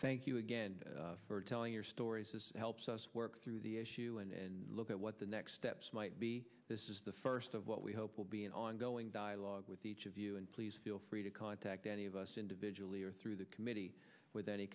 thank you again for telling your story helps us work through the issue and look at what the next steps might be this is the first of what we hope will be an ongoing dialogue with each of you and please feel free to contact any of us individually or through the committee with any